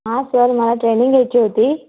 हां सर मला ट्रेनिंग घ्यायची होती